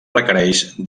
requereix